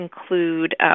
include